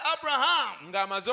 Abraham